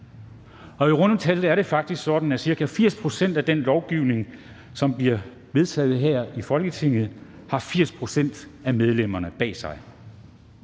Og i runde tal er det faktisk sådan, at ca. 80 pct. af den lovgivning, som bliver vedtaget her i Folketinget, har 80 pct. af medlemmerne bag sig.